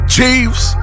Chiefs